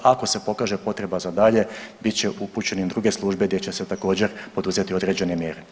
Ako se pokaže potreba za dalje bit će upućeni u druge službe gdje će se također poduzeti određene mjere.